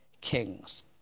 kings